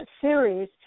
series